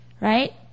right